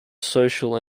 social